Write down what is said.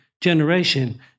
generation